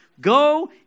go